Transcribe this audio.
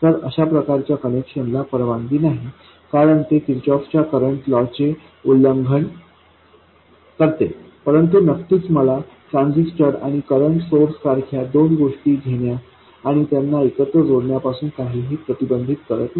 तर अशा प्रकार च्या कनेक्शन ला परवानगी नाही कारण ते किर्चहोफच्या करंट लॉ चे उल्लंघन करते परंतु नक्कीच मला ट्रान्झिस्टर आणि करंट सोर्स यासारख्या दोन गोष्टी घेण्यास आणि त्यांना एकत्र जोडण्यापासून काहीही प्रतिबंधित करत नाही